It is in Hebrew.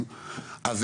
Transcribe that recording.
בואו